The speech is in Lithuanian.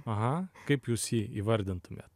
aha kaip jūs jį įvardintumėt